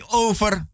over